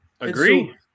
Agree